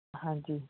ਹਾਂਜੀ